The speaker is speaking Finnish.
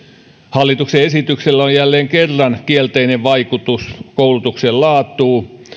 hallituksen esityksellä on jälleen kerran kielteinen vaikutus koulutuksen laatuun